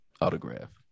autograph